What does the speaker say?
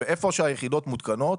באיפה שהיחידות מותקנות,